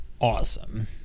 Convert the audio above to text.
awesome